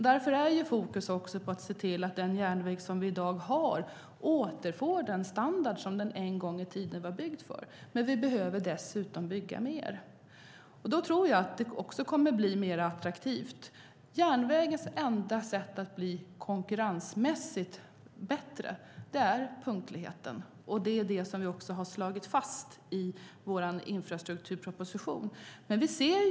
Därför ligger fokus på att se till att den järnväg som vi i dag har återfår den standard som den en gång byggdes för. Men vi behöver dessutom bygga mer. Då tror jag att järnvägen kommer att bli mer attraktiv. Järnvägens enda sätt att bli konkurrensmässigt bättre gäller punktligheten. Det är också det som vi har slagit fast i vår infrastrukturproposition. Herr talman!